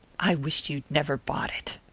i wish you'd never bought it,